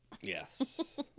Yes